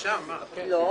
לכולם,